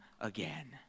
again